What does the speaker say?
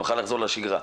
לחזור לשגרה.